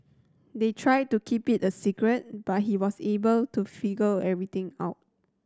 they tried to keep it a secret but he was able to figure everything out